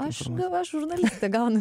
aš gera žurnalistė gaunu